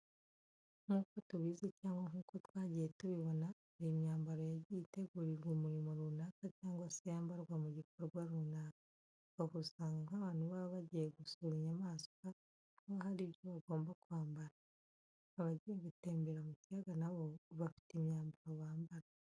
Nk'uko tubizi cyangwa nk'uko twagiye tubibona hari imyambaro yagiye itegurirwa umurimo runaka cyangwa se yambarwa mu gikorwa runaka. Aho usanga nk'abantu baba bagiye gusura inyamaswa, haba hari ibyo agomba kwambara. Abagiye gutembera mu kiyaga na bo bafite imyambaro bambara.